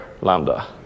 Lambda